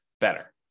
better